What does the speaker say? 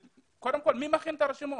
קודם כל, מי מכין את הרשימות?